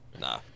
Nah